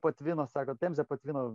patvino sako temzė patvino